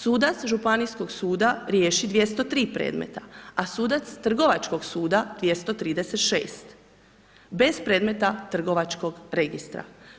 Sudac županijskog suda riješi 203 predmeta, a sudac trgovačkog suda 236 bez predmeta trgovačkog registra.